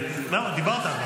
אבל דיברת.